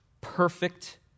Perfect